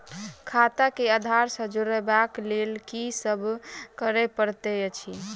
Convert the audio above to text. खाता केँ आधार सँ जोड़ेबाक लेल की सब करै पड़तै अछि?